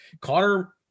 Connor